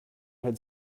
had